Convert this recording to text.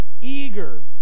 eager